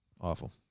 Awful